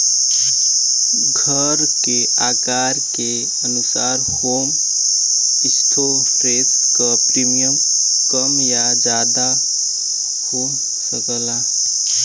घर के आकार के अनुसार होम इंश्योरेंस क प्रीमियम कम या जादा हो सकला